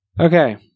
Okay